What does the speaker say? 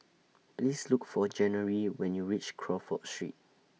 Please Look For January when YOU REACH Crawford Street